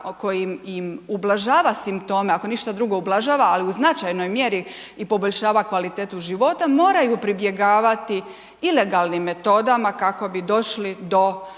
kojim im ublažava simptome, ako ništa drugo ublažava, ali u značajnoj mjeri i poboljšava kvalitetu života, moraju pribjegavati ilegalnim metodama kako bi došli do tog